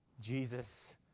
Jesus